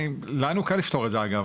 לנו קל לפתור את זה, אגב.